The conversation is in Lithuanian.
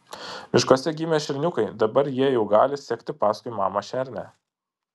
miškuose gimė šerniukai dabar jie jau gali sekti paskui mamą šernę